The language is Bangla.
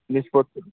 জিনিসপত্র